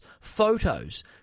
photos